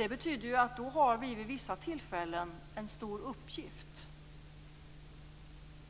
Det betyder att vi vid vissa tillfällen har en stor uppgift